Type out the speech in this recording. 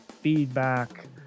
feedback